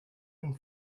and